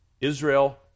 Israel